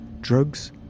drugs